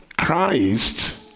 Christ